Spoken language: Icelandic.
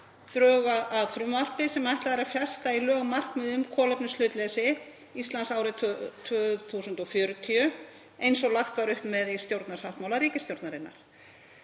drög að frumvarpi sem ætlað er að festa í lög markmið um kolefnishlutleysi Íslands árið 2040 eins og lagt var upp með í stjórnarsáttmála ríkisstjórnarinnar.